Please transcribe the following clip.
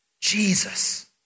Jesus